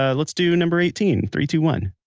ah let's do number eighteen. three, two, one